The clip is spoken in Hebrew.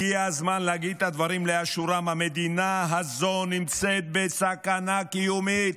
הגיע הזמן להגיד את הדברים לאשורם: המדינה הזאת נמצאת בסכנה קיומית.